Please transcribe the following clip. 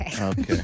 Okay